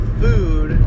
food